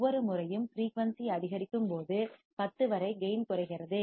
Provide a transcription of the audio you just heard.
ஒவ்வொரு முறையும் ஃபிரீயூன்சி அதிகரிக்கும் போது 10 வரை கேயின் குறைகிறது